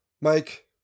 Mike